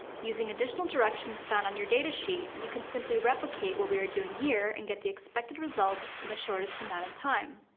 using additional directions found on your datasheet, you can simply replicate what we are doing here, and get the expected results in the shortest amount of time.